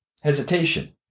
hesitation